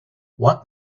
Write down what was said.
what